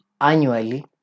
annually